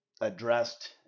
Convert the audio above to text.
addressed